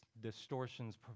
distortions